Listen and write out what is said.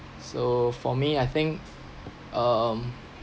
so for me I think um